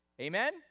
Amen